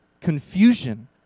confusion